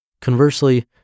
Conversely